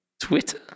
Twitter